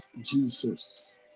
Jesus